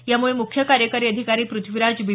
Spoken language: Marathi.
यामुळे मुख्य कार्यकारी अधिकारी प्रथ्वीराज बी